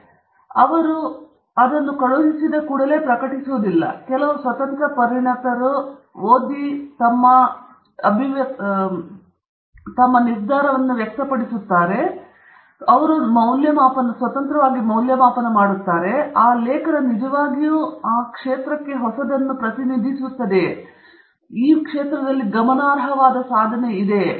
ಆದ್ದರಿಂದ ಅವರು ಅದನ್ನು ಕಳುಹಿಸಿದ್ದರಿಂದ ಅವರು ಅದನ್ನು ಪ್ರಕಟಿಸುವುದಿಲ್ಲ ಅವರು ಕೆಲವು ಸ್ವತಂತ್ರ ಪರಿಣತರನ್ನು ಕಳುಹಿಸುತ್ತಾರೆ ಅವರು ಆ ಲೇಖನವನ್ನು ಪರಿಶೀಲಿಸುತ್ತಾರೆ ನೀವು ಕಳುಹಿಸಿದ ಲೇಖನವನ್ನು ಯಾರು ನೋಡುತ್ತಾರೆ ಮತ್ತು ನಂತರ ಮೌಲ್ಯಮಾಪನ ಮಾಡುತ್ತಾರೆ ಆ ಲೇಖನ ನಿಜವಾಗಿಯೂ ಆ ಪ್ರದೇಶದಲ್ಲಿ ಹೊಸದನ್ನು ಪ್ರತಿನಿಧಿಸುತ್ತದೆಯೇ ಅದು ಆ ಪ್ರದೇಶದಲ್ಲಿ ಗಮನಾರ್ಹವಾದದ್ದು